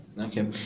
Okay